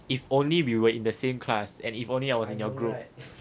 if only if we were in the same class and if only I was in your group